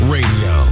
Radio